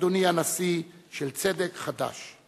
אדוני הנשיא, של "צדק חדש".